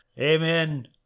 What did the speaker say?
amen